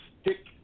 stick